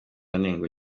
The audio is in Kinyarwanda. anengwa